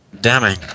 damning